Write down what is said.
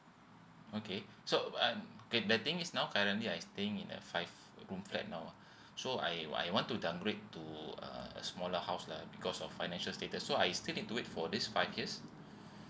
okay so um okay the thing is now currently I staying in the five room flat now ah so I I want to downgrade to uh a smaller house lah because of financial status so I still need to wait for this five years